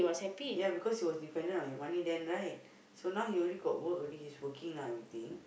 yeah because he was dependent on your money then right so now he's already got work now he's working everything